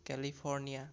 California